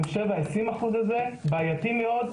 אני חושב שה-20% האלה בעייתיים מאוד.